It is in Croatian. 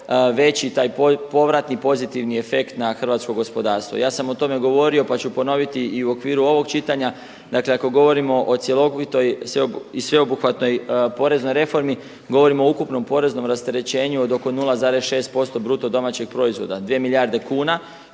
veći taj povratni pozitivni efekt na hrvatsko gospodarstvo. Ja sam o tome govorio pa ću ponoviti i u okviru ovog čitanja dakle ako govorimo o cjelovitoj i sveobuhvatnoj poreznoj reformi govorimo o ukupnom poreznom rasterećenju od oko 0,6% BDP-a 2 milijarde kuna